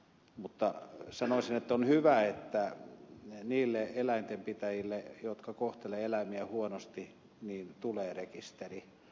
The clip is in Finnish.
mutta sanoisin että on hyvä että niille eläintenpitäjille jotka kohtelevat eläimiä huonosti tulee rekisteri